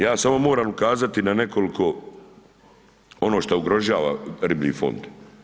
Ja samo moram ukazati na nekoliko ono što ugrožava riblji fond.